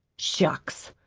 shucks!